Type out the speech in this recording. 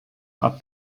are